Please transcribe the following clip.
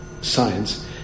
science